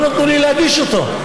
לא נתנו לי להגיש אותו.